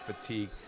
fatigue